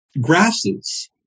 grasses